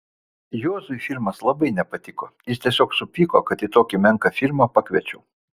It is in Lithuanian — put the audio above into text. juozui filmas labai nepatiko jis tiesiog supyko kad į tokį menką filmą pakviečiau